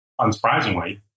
unsurprisingly